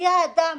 מגיע אדם